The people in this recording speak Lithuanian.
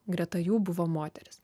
greta jų buvo moterys